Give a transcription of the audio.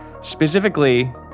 Specifically